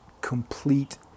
complete